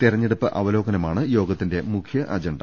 തെരഞ്ഞെടുപ്പ് അവലോകനമാണ് യോഗത്തിന്റെ മുഖ്യ അജണ്ട